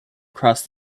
across